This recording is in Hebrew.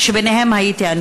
עאידה תומא